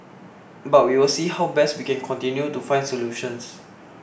but we will see how best we can continue to find solutions